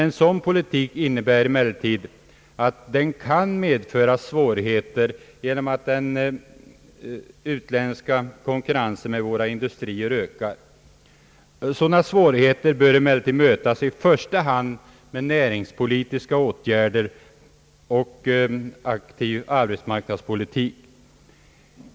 En sådan politik kan emellertid medföra svårigheter genom att den utländska konkurrensen med våra industrier ökar. Sådana svårigheter bör mötas i första hand med näringspolitiska åtgärder och en aktiv arbetsmarknadspolitik.